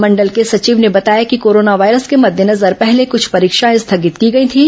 मंडल के संघिव ने बताया कि कोरोना वायरस के मद्देनजर पहले कुछ परीक्षाएं स्थगित की गई थीं